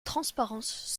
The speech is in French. transparence